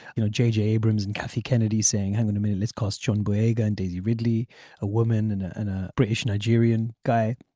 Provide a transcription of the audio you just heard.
you know j j. abrams and kathy kennedy saying hang on a minute let's cast john boyega and daisy ridley a woman and and a british nigerian guy.